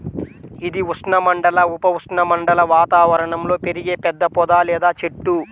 ఇది ఉష్ణమండల, ఉప ఉష్ణమండల వాతావరణంలో పెరిగే పెద్ద పొద లేదా చెట్టు